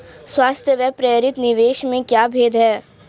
स्वायत्त व प्रेरित निवेश में क्या भेद है?